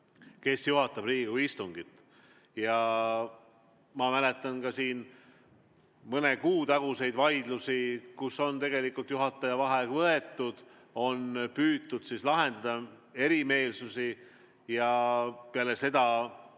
kes juhatab Riigikogu istungit. Ma mäletan ka mõne kuu taguseid vaidlusi, kus on tegelikult juhataja vaheaeg võetud, on püütud lahendada erimeelsusi ja peale seda on